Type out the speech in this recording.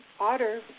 Otter